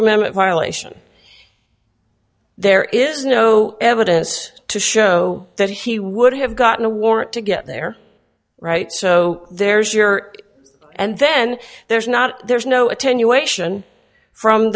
amendment violation there is no evidence to show that he would have gotten a warrant to get there right so there's your and then there's not there's no attenuation from